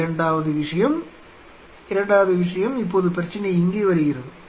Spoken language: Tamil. இரண்டாவது விஷயம் இரண்டாவது விஷயம் இப்போது பிரச்சனை இங்கே வருகிறது